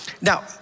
Now